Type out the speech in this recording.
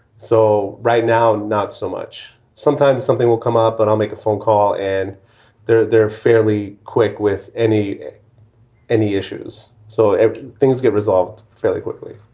so right now, not so much. sometimes something will come up and i'll make a phone call and they're they're fairly quick with any any issues. so things get resolved fairly quickly.